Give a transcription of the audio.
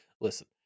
Listen